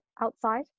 outside